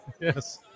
Yes